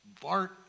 bart